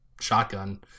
shotgun